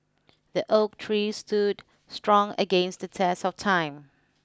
the oak tree stood strong against the test of time